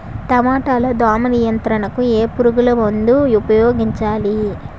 టమాటా లో దోమ నియంత్రణకు ఏ పురుగుమందును ఉపయోగించాలి?